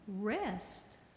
rest